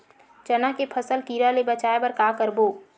चना के फसल कीरा ले बचाय बर का करबो?